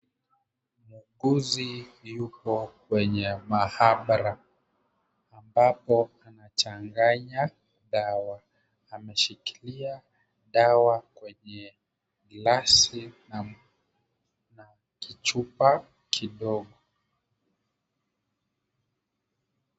Muuguzi yupo kwenye maabara, ambapo anachanganya dawa, ameshikilia dawa kwenye glasi na kichupa kidogo.